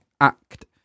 act